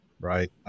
right